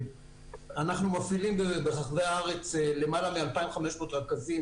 אנחנו מפעילים ברחבי הארץ למעלה מ-2,500 רכזים